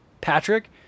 Patrick